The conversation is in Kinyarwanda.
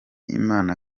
imana